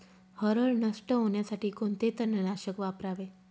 हरळ नष्ट होण्यासाठी कोणते तणनाशक वापरावे?